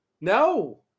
No